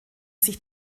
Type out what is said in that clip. sich